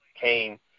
came